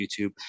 YouTube